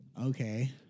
Okay